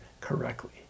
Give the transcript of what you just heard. correctly